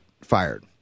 fired